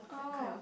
oh